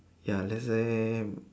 ya let's say